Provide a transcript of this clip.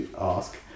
ask